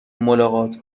ملاقات